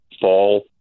fall